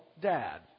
dad